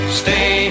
stay